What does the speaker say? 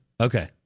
Okay